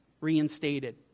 reinstated